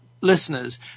listeners